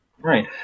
Right